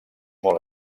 molt